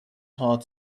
hard